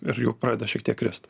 ir jau pradeda šiek tiek krist